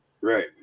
Right